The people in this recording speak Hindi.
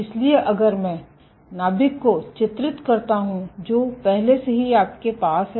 इसलिए अगर मैं नाभिक को चित्रित करता हूं जो पहले से ही आपके पास है